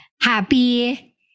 happy